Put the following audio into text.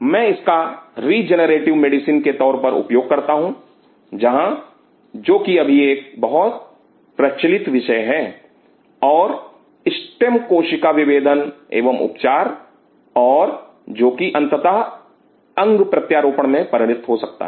मैं इसका regenerative medicine के तौर पर उपयोग करता हूं जहां जो कि अभी एक बहुत प्रचलित विषय है और स्टेम कोशिका विभेदन एवं उपचार और जो कि अंततः अंग प्रत्यारोपण मे परिणत हो सकता है